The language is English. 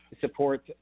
support